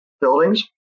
buildings